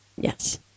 Yes